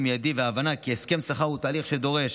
מיידי וההבנה כי הסכם שכר הוא תהליך שדורש